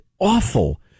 awful